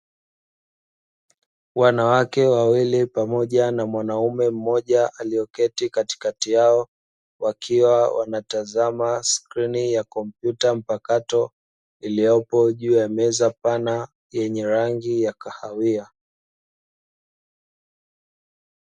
Wanawake wawili pamoja na mwanamume mmoja aliyeketi katikati yao, wakiwa wanatazama skrini ya kompyuta mpakato iliyopo juu ya meza pana yenye rangi ya kahawia.